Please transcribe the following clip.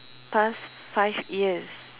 past five years